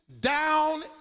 down